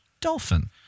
Dolphin